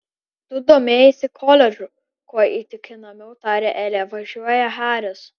tu domėjaisi koledžu kuo įtikinamiau tarė elė važiuoja haris